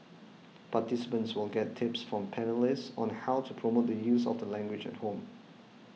participants will get tips from panellists on how to promote the use of the language at home